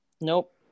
Nope